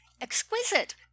exquisite